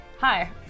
Hi